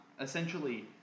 essentially